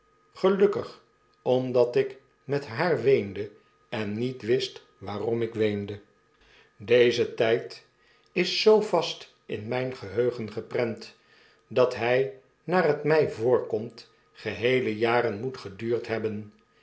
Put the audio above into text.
gelukkig omdat ik met haar weende en niet wist waarom ik weende deze tyd is zoo vast in mijn geheugen geprent dat hy naar het mij voorkomt geheele jaren moet geduurd hebben